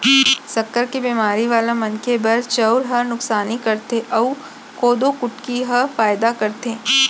सक्कर के बेमारी वाला मनखे बर चउर ह नुकसानी करथे अउ कोदो कुटकी ह फायदा करथे